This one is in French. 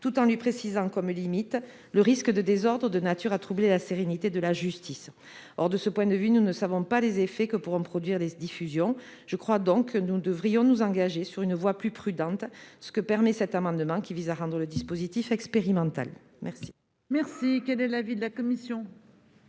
tout en lui fixant comme limite le risque de désordre de nature à troubler la sérénité de la justice. Or, de ce point de vue, nous ne savons pas les effets que pourront produire les diffusions. Nous devrions donc nous engager sur une voie plus prudente, ce que permet cet amendement, qui vise à rendre le dispositif expérimental. Quel